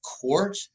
court